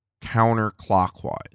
counterclockwise